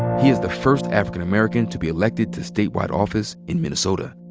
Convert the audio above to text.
he is the first african american to be elected to statewide office in minnesota.